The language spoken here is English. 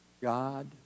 god